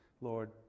Lord